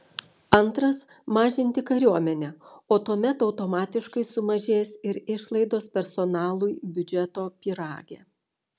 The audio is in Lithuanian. antras mažinti kariuomenę o tuomet automatiškai sumažės ir išlaidos personalui biudžeto pyrage